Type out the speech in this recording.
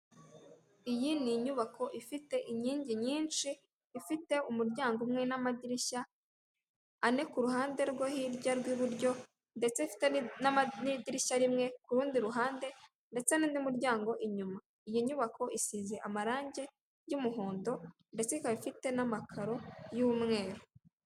Iyi ni inyubako ifite inkingi nyinshi, ifite umuryango umwe n'amadirishya ane ku ruhande rwo hirya rw'iburyo, ndetse ifite n'idirishya rimwe ku rundi ruhande, ndetse n'undi muryango inyuma, iyi nyubako isize amarangi y'umuhondo, ndetse ikaba ifite n'amakaro y'umweru.